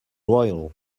loyal